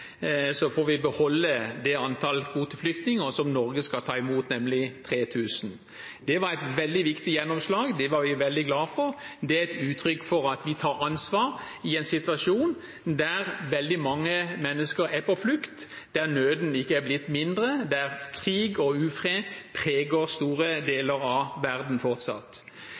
får beholde det antallet kvoteflyktninger som Norge skal ta imot, nemlig 3 000. Det var et veldig viktig gjennomslag som vi var veldig glade for. Det var et uttrykk for at vi tar ansvar i en situasjon der veldig mange mennesker er på flukt, der nøden ikke er blitt mindre, der krig og ufred fortsatt preger store deler av verden.